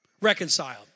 Reconciled